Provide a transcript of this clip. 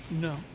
No